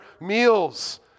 meals